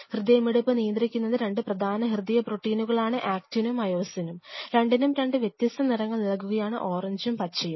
ഹൃദയമിടിപ്പ് നിയന്ത്രിക്കുന്നത് രണ്ടു പ്രധാന ഹൃദയപ്രോട്ടീനുകലാണ് ആക്ടിനും മയോസിനും രണ്ടിനും രണ്ട് വ്യത്യസ്ത നിറങ്ങൾ നൽകുകയാണ് ഓറഞ്ചും പച്ചയും